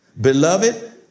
Beloved